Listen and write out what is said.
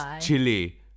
chili